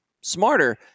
smarter